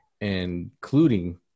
including